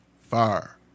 fire